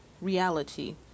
reality